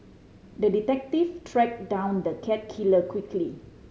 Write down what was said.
the detective tracked down the cat killer quickly